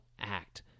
act